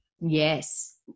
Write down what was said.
Yes